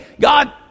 God